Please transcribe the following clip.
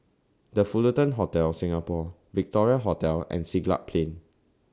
The Fullerton Hotel Singapore Victoria Hotel and Siglap Plain